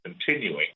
continuing